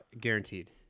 Guaranteed